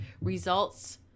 results